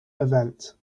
event